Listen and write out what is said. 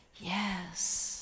yes